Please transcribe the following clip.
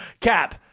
Cap